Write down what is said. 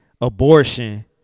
abortion